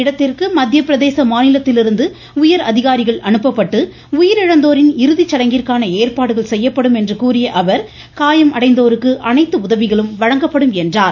இடத்திற்கு மத்திய பிரதேச மாநிலத்திலிருந்து உயர் அதிகாரிகள் சம்பவ அனுப்பப்பட்டு உயிரிழந்தோரின் இறுதிச்சடங்கிற்கான ஏற்பாடுகள் செய்யப்படும் என்று கூறிய அவர் காயம் அடைந்தவர்களுக்கு அனைத்து உதவிகளும் வழங்கப்படும் என்றார்